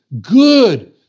good